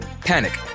panic